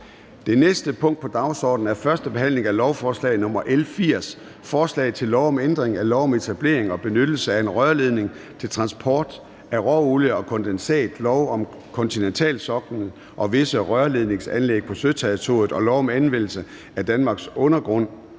Det næste punkt på dagsordenen er: 11) 1. behandling af lovforslag nr. L 80: Forslag til lov om ændring af lov om etablering og benyttelse af en rørledning til transport af råolie og kondensat, lov om kontinentalsoklen og visse rørledningsanlæg på søterritoriet og lov om anvendelse af Danmarks undergrund.